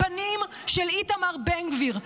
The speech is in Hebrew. הפנים של איתמר בן גביר.